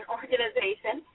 organization